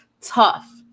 tough